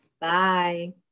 Bye